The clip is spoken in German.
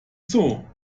zoo